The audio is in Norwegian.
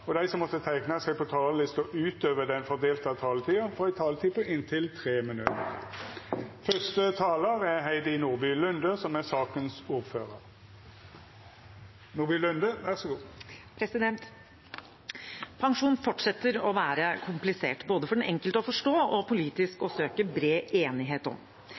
og dei som måtte teikna seg på talarlista utover den fordelte taletida, får ei taletid på inntil 3 minutt. Pensjon fortsetter å være komplisert – både for den enkelte å forstå og når det gjelder å søke bred politisk enighet om.